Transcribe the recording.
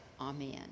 Amen